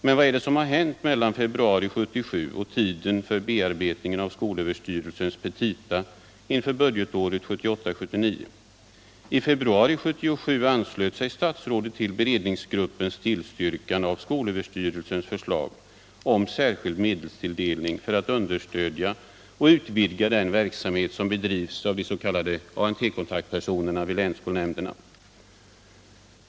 Men vad har hänt mellan februari 1977 och tiden för bearbetningen av skolöverstyrelsens petita inför budgetåret 1978/79? I februari 1977 anslöt sig statsrådet till beredningsgruppens tillstyrkan av skolöverstyrelsens förslag om särskild medelstilldelning för att understödja och utvidga den verksamhet som bedrivs av ANT kontaktpersoner vid länsskolnämnderna.